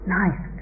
nice